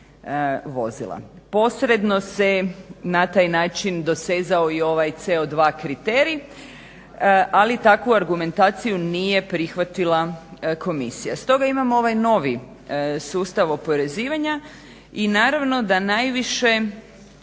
vozila. Posredno se na taj način dosezao i ovaj CO2 kriterij, ali takvu argumentaciju nije prihvatila komisija. Stoga imamo ovaj novi sustav oporezivanja i naravno da najviše